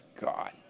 God